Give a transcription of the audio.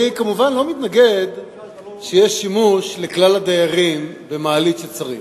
אני כמובן לא מתנגד שיהיה שימוש לכלל הדיירים במעלית כשצריך.